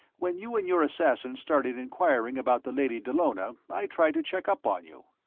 when you and your assassins started inquiring about the lady dallona, i tried to check up on you.